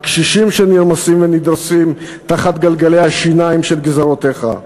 הקשישים שנרמסים ונדרסים תחת גלגלי השיניים של גזירותיך.